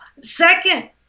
Second